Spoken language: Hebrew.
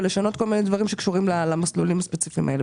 ושישנו כל מיני דברים שקשורים למסלולים הספציפיים האלה.